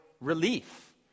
relief